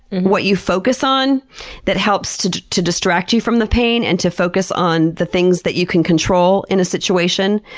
what you focus on that helps to to distract you from the pain and to focus on the things that you can control in a situation.